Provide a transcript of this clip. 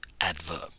Adverb